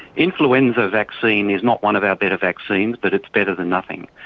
influenza vaccine is not one of our better vaccines but it's better than nothing.